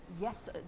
Yes